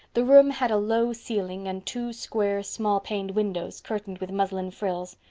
the room had a low ceiling and two square, small-paned windows, curtained with muslin frills.